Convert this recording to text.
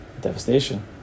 devastation